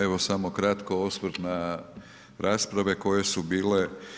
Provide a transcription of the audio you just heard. Evo samo kratko osvrt na rasprave koje su bile.